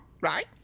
right